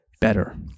better